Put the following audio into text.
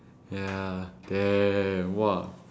ya ya ya ya ya !wah!